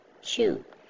Shoot